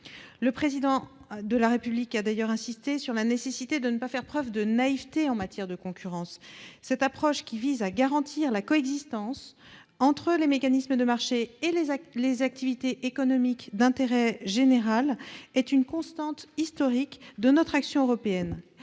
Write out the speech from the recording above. Le Président de la République a d'ailleurs insisté sur la nécessité de ne pas faire preuve de naïveté en matière de concurrence. Cette approche, qui vise à garantir la coexistence entre les mécanismes de marché et les activités économiques d'intérêt général, est une constante historique de notre action européenne.